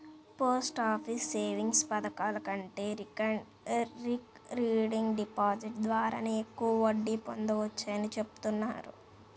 post office savings పథకాల కంటే recurring deposit ద్వారానే ఎక్కువ వడ్డీ పొందవచ్చని చెబుతున్నారు